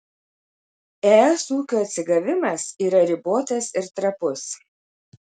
es ūkio atsigavimas yra ribotas ir trapus